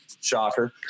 Shocker